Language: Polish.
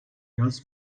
raz